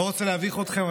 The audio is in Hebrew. אני לא רוצה להביך אתכם,